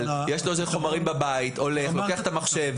אבל אם יש לו חומרים בבית הוא לוקח את המחשב,